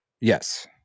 Yes